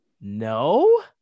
no